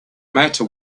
matter